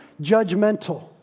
judgmental